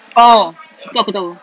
oh itu aku tahu